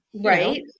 Right